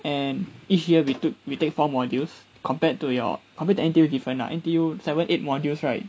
and each year we took we take four modules compared to your compared to N_T_U different lah N_T_U seven eight modules right